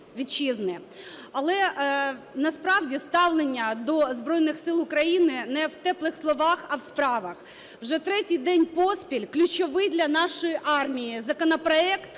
Але насправді ставлення до Збройних Сил України не в теплих словах, а в справах. Вже третій день поспіль ключовий для нашої армії законопроект